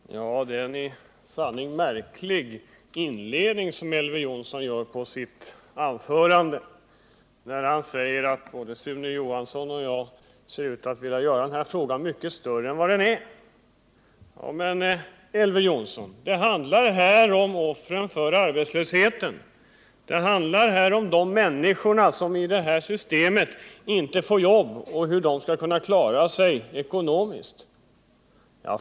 Herr talman! Det var i sanning en märklig inledning Elver Jonsson gjorde. Han sade att både Sune Johansson och jag ser ut att vilja göra den här frågan mycket större än den är. Men, Elver Jonsson, det handlar om offren för arbetslösheten! Det handlar om hur de människor som inte får jobb i det här systemet skall kunna klara sig ekonomiskt!